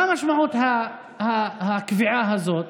מה משמעות הקביעה הזאת?